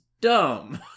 dumb